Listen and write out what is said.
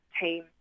team